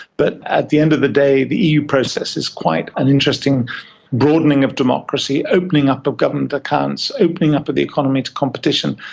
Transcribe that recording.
but at the end of the day the eu process is quite an interesting broadening of democracy, opening up of government accounts, opening up of the economy to competition,